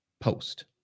post